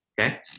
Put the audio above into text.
okay